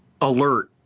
alert